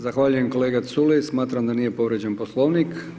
Zahvaljujem kolega Culej, smatram da nije povrijeđen Poslovnik.